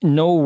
no